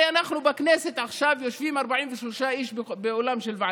הרי בכנסת אנחנו עכשיו יושבים 43 איש באולם של ועדה,